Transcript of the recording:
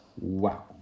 Wow